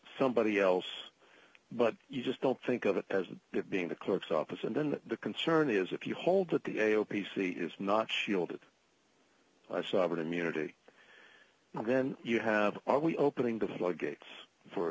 somebody else but you just don't think of it as being the clerk's office and then the concern is if you hold that the a o p c is not shielded by sovereign immunity then you have are we opening the floodgates for